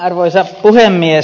arvoisa puhemies